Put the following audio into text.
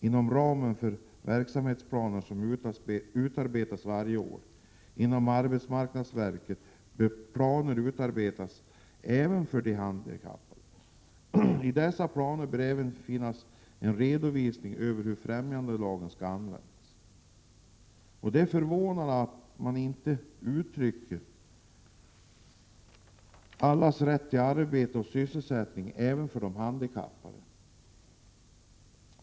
Inom ramen för de verksamhetsplaner som utarbetas varje år inom arbetsmarknadsverket bör planer göras upp även för de handikappade. I dessa planer bör även finnas en redovisning över hur främjandelagen skall användas. Det är förvånande att man inte uttalar att allas rätt till arbete är något som skall gälla även de handikappade.